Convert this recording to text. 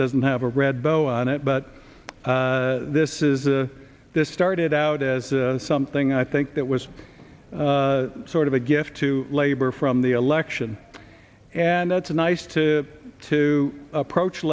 doesn't have a red bow on it but this is a this started out as something i think that was sort of a gift to labor from the election and that's a nice to to approach